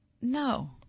No